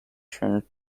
turned